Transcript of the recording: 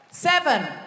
Seven